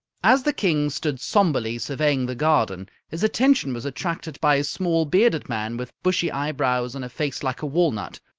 as the king stood sombrely surveying the garden, his attention was attracted by a small, bearded man with bushy eyebrows and a face like a walnut,